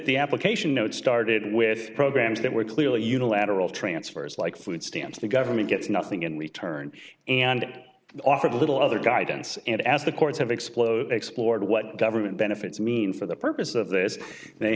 the application note started with programs that were clearly unilateral transfers like food stamps the government gets nothing in return and offered little other guidance and as the courts have exploded explored what government benefits mean for the purpose of this